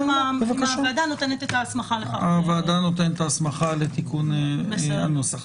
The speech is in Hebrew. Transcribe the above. הוועדה נותנת את ההסמכה לתיקון הנוסח.